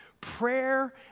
Prayer